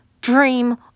dream